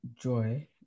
Joy